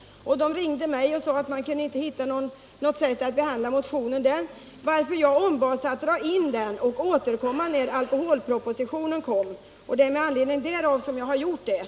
Därifrån meddelades jag att man inte kunde hitta något sätt att behandla motionen. Jag ombads därför att dra in motionen och återkomma när alkoholpropositionen skulle behandlas. Det är alltså med anledning därav som jag nu gjort detta.